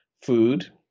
food